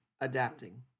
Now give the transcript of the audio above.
adapting